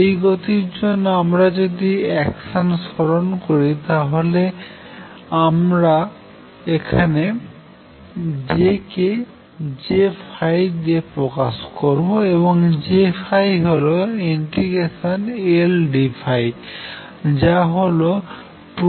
এই গতির জন্য আমরা যদি একশান স্মরন করি তাহলে এখানে আমরা J কে Jদিয়ে প্রকাশ করবো এবং J হল ∫Ldϕ যা হল 2πL